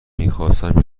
میخواستم